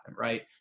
right